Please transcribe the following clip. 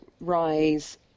Rise